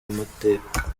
amateka